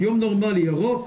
יום נורמלי ירוק,